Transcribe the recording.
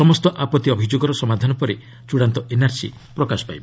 ସମସ୍ତ ଆପଭି ଅଭିଯୋଗର ସମାଧାନ ପରେ ଚୃଡ଼ାନ୍ତ ଏନ୍ଆର୍ସି ପ୍ରକାଶ ପାଇବ